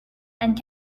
and